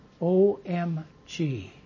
OMG